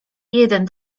jeden